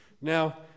Now